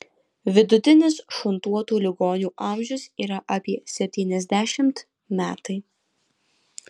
vidutinis šuntuotų ligonių amžius yra apie septyniasdešimt metai